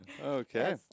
Okay